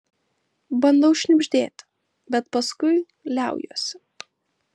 bandau šnibždėti bet paskui liaujuosi